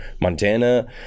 Montana